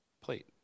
plate